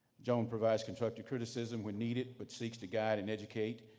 joan provides constructive criticism when needed, but seeks to guide and educate,